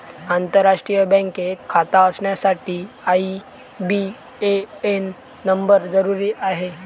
आंतरराष्ट्रीय बँकेत खाता असण्यासाठी आई.बी.ए.एन नंबर जरुरी आहे